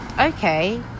okay